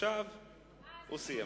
עכשיו הוא סיים.